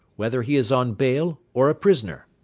whether he is on bail or a prisoner.